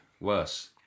Worse